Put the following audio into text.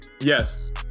Yes